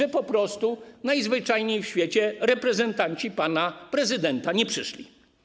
Bo po prostu najzwyczajniej w świecie reprezentanci pana prezydenta nie przyszli.